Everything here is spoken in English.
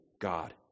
God